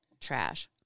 trash